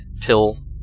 pill